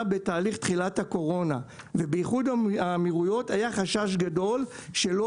בתהליך תחילת הקורונה ובאיחוד האמירויות היה חשש גדול שלא